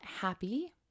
happy